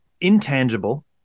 intangible